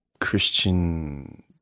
Christian